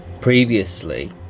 previously